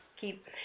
keep –